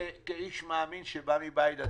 כאיש מאמין שבא מבית דתי,